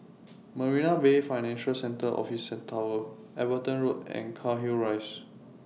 Marina Bay Financial Centre Office Tower Everton Road and Cairnhill Rise